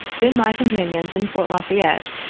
been my companions in fort la fayette,